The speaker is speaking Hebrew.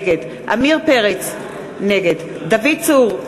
נגד עמיר פרץ, נגד דוד צור,